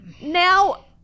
now